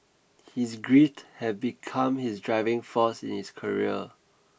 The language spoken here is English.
his grit had become his driving force in his career